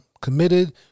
committed